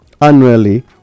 annually